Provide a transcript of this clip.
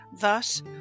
Thus